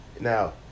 now